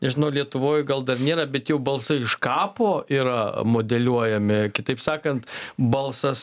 nežinau lietuvoj gal dar nėra bet jau balsai iš kapo yra modeliuojami kitaip sakant balsas